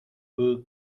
pour